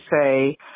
say